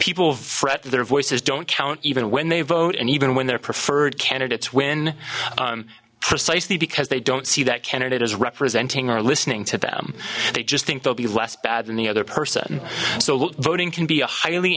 fret their voices don't count even when they vote and even when their preferred candidates win precisely because they don't see that candidate as representing or listening to them they just think they'll be less bad than the other person so voting can be a highly